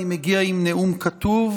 אני מגיע עם נאום כתוב.